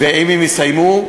ואם הם יסיימו,